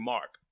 Mark